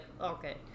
okay